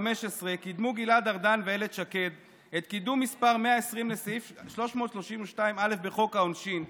קידמו גלעד ארדן ואילת שקד את תיקון מס' 120 לסעיף 332א בחוק העונשין,